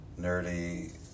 nerdy